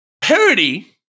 Parody